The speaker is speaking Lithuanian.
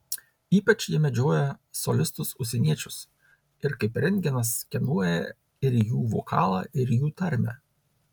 ypač jie medžioja solistus užsieniečius ir kaip rentgenas skenuoja ir jų vokalą ir jų tarmę